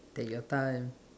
take your time